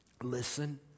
listen